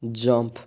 jump